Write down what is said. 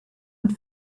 und